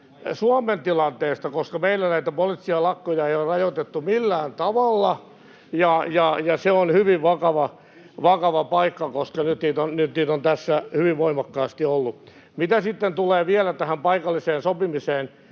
Suomen tilanteesta, koska meillä näitä poliittisia lakkoja ei ole rajoitettu millään tavalla, ja se on hyvin vakava paikka, koska nyt niitä on tässä hyvin voimakkaasti ollut. Mitä sitten tulee vielä tähän paikalliseen sopimiseen,